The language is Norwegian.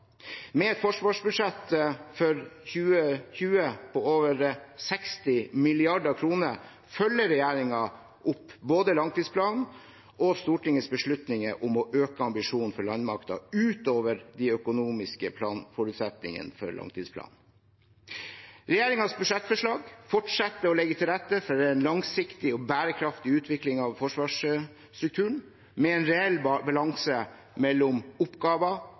Med forsvarsbudsjettet for 2020, som er på over 60 mrd. kr, følger regjeringen opp både langtidsplanen og Stortingets beslutning om å øke ambisjonene for landmakten utover de økonomiske planforutsetningene for langtidsplanen. Regjeringens budsjettforslag fortsetter å legge til rette for en langsiktig og bærekraftig utvikling av forsvarsstrukturen, med en reell balanse mellom oppgaver,